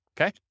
Okay